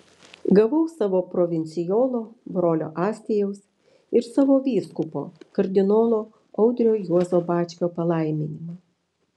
gavau savo provincijolo brolio astijaus ir savo vyskupo kardinolo audrio juozo bačkio palaiminimą